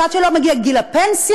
עד שלא מגיע גיל הפנסיה,